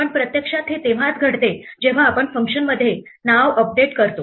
पण प्रत्यक्षात हे तेव्हाच घडते जेव्हा आपण फंक्शनमध्ये नाव अपडेट करतो